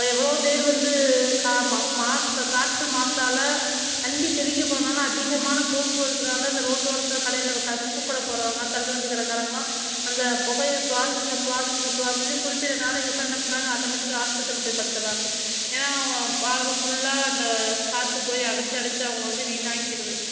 எவ்வளோ பேர் வந்து கா மா மாசை காற்று மாசால் வண்டி பெருகி போனதுனால அதிகமான போக்குவரத்துனால் இந்த ரோட்டோரத்தில் கடையில் உக்காந்த பூக்கடை போடுறவுங்க தள்ளுவண்டி கடைக்காரவங்கலாம் அந்த புகைய சுவாசிச்சு சுவாசிச்சு சுவாசிச்சு குறிப்பிட்ட நாளைக்கு அப்புறம் என்ன பண்ணுறாங்க ஆட்டோமெடிக்காக ஆஸ்பத்திரியில் போய் படுத்துகிறாங்க ஏன்னால் அவங்க வாழ்வு ஃபுல்லாக இந்த காற்று போய் அடைச்சி அடைச்சி அவங்க வந்து வீணாக்கிடுது